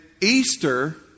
Easter